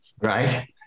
Right